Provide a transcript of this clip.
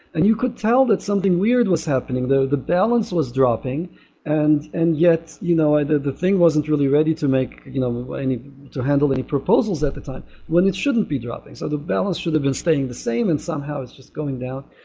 and you could tell that something weird was happening though. the balance was dropping and and yet, you know either the thing wasn't really ready to make you know any to handle any proposals at the time when it shouldn't be dropping. so the balance should've been staying the same and somehow it's just going down,